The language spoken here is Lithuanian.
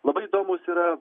labai įdomūs yra